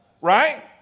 Right